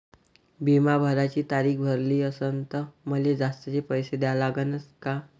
बिमा भराची तारीख भरली असनं त मले जास्तचे पैसे द्या लागन का?